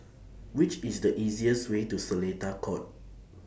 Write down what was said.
Which IS The easiest Way to Seletar Court